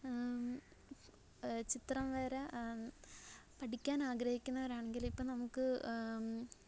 ചിത്രംവര പഠിക്കാൻ ആഗ്രഹിക്കുന്നവരാണെങ്കിൽ ഇപ്പം നമുക്ക്